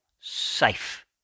safe